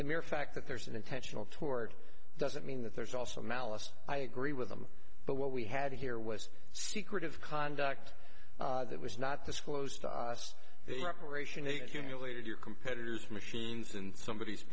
the mere fact that there's an intentional toward doesn't mean that there's also malice i agree with them but what we had here was secretive conduct that was not disclosed to us reparation a cumulated your competitors machines and somebod